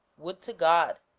would to god,